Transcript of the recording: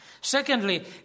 Secondly